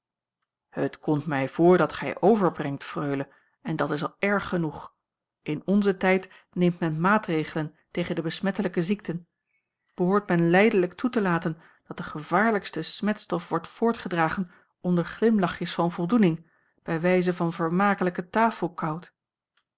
het komt mij voor dat gij overbrengt freule en dat is al erg genoeg in onzen tijd neemt men maatregelen tegen de besmettelijke ziekten behoort men lijdelijk toe te laten dat de gevaarlijkste smetstof wordt voortgedragen onder glimlachjes van voldoening bij wijze van vermakelijken